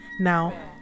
Now